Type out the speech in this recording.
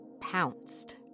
pounced